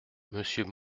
monsieur